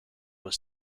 was